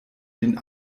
den